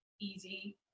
easy